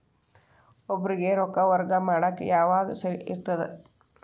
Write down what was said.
ಒಬ್ಬರಿಗ ರೊಕ್ಕ ವರ್ಗಾ ಮಾಡಾಕ್ ಯಾವಾಗ ಸರಿ ಇರ್ತದ್?